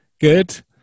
Good